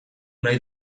nahi